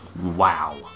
Wow